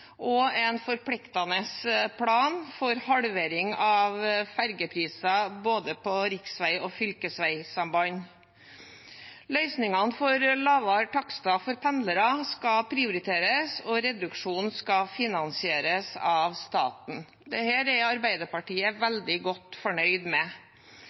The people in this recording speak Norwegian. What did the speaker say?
og en forpliktende plan for halvering av fergepriser på både riksveg- og fylkesvegsamband. Løsningen for lavere takster for pendlere skal prioriteres og reduksjonen skal finansieres av staten». Dette er Arbeiderpartiet veldig godt fornøyd med.